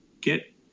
get